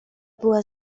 była